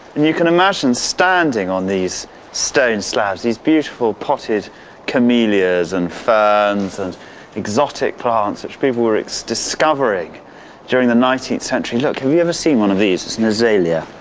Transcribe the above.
and you can imagine standing on these stone slabs, these beautiful potted camellias and ferns and exotic plants which people were discovering during the nineteenth century. look, have you ever seen one of these? it's an azalea.